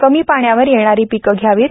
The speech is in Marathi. कमी पाण्यावर येणारी पिकं घ्यावीत